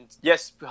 Yes